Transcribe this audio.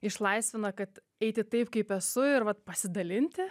išlaisvina kad eiti taip kaip esu ir vat pasidalinti